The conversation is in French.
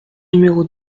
numéro